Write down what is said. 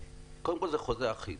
קודם כל, זה חוזה אחיד.